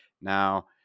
Now